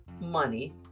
money